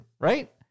right